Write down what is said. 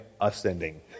ascending